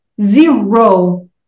zero